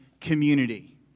community